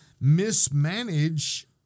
mismanage